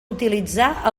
utilitzar